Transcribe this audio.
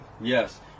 Yes